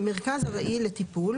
"מרכז ארעי לטיפול"